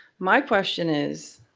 my question is,